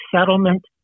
settlement